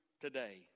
today